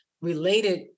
related